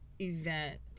event